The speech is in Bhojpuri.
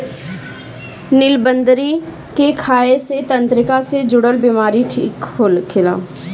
निलबदरी के खाए से तंत्रिका से जुड़ल बीमारी ठीक होखेला